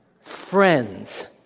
friends